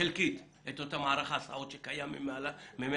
חלקית את אותו מערך הסעות שקיים ממילא,